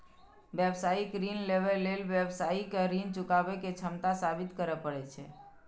व्यावसायिक ऋण लेबय लेल व्यवसायी कें ऋण चुकाबै के क्षमता साबित करय पड़ै छै